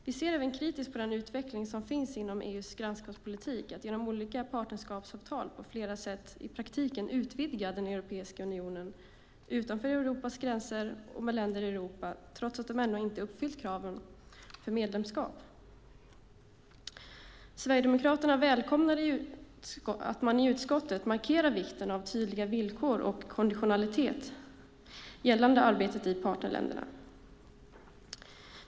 Vi ser även kritiskt på den utveckling som finns inom EU:s grannskapspolitik, att genom olika partnerskapsavtal på flera sätt i praktiken utvidga Europeiska unionen utanför Europas gränser och med länder i Europa trots att kraven för medlemskap ännu inte uppfyllts. Sverigedemokraterna välkomnar att man i utskottet markerar vikten av tydliga villkor och av konditionalitet gällande arbetet i partnerländerna.